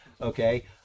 okay